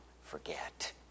forget